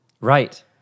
Right